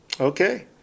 Okay